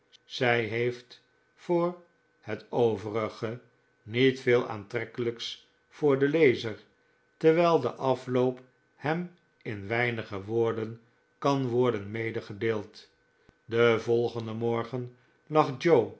zij heeft voor het overige niet veel aantrekkelijks voor den lezer terwijl de afloop hem in weinige woorden kan worden medegedeeld den volgenden morgen lag joe